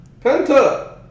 Penta